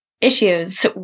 issues